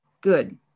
Good